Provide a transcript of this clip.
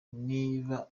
niba